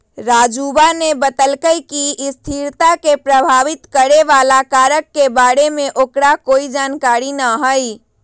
राजूवा ने बतल कई कि स्थिरता के प्रभावित करे वाला कारक के बारे में ओकरा कोई जानकारी ना हई